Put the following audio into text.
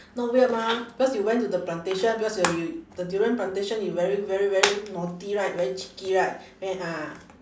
not weird mah because you went to the plantation because when you the durian plantation you very very very naughty right very cheeky right then ah